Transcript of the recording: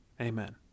amen